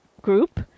group